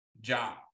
job